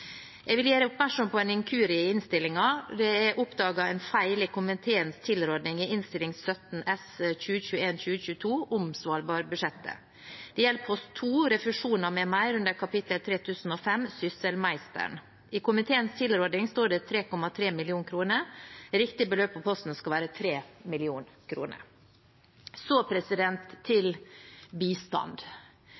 Jeg vil gjøre oppmerksom på en inkurie i innstillingen. Det er oppdaget en feil i komiteens tilråding i Innst. 17 S for 2021–2022, om Svalbardbudsjettet. Det gjelder post 2, Refusjoner m.m., under kap. 3005, Sysselmeisteren. I komiteens tilråding står det 3,3 mill. kr. Det riktige beløpet på posten skal være 3 mill. kr. Så til